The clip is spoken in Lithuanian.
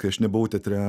kai aš nebuvau teatre